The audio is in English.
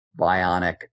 bionic